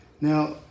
Now